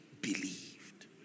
believed